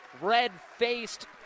Red-faced